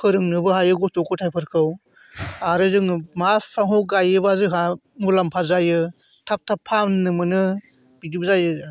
फोरोंनोबो हायो गथ' गथाय फोरखौ आरो जोङो मा बिफांखौ गायोब्ला जोंहा मुलाम्फा जायो थाब थाब फाननो मोनो बिदिबो जायो